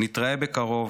נתראה בקרוב.